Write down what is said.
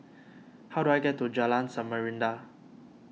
how do I get to Jalan Samarinda